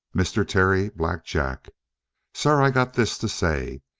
mr. terry black jack sir, i got this to say.